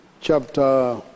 chapter